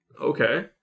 Okay